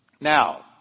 Now